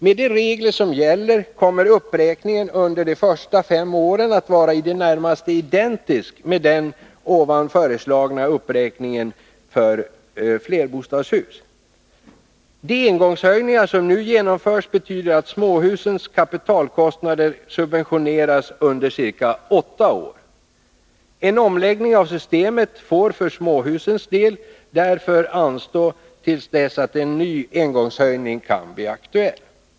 Med de regler som gäller kommer uppräkningen under de första fem åren att vara i det närmaste identisk med den av oss föreslagna uppräkningen för flerbostadshus. De engångshöjningar som nu genomförs betyder att småhusens kapitalkostnader subventioneras under ca åtta år. En omläggning av systemet får för småhusens del därför anstå till dess att en ny engångshöjning kan bli aktuell.